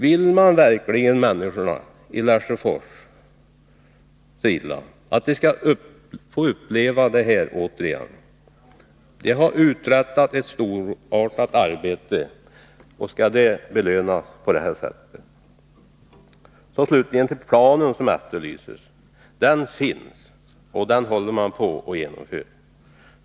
Vill man verkligen människorna i Lesjöfors så illa, att de skall få uppleva detta återigen? De har uträttat ett storartat arbete — skall de belönas på detta sätt? Slutligen till planen som efterlyses. Den finns, och den håller man på att genomföra.